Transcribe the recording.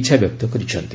ଇଚ୍ଛା ବ୍ୟକ୍ତ କରିଛନ୍ତି